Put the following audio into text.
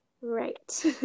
Right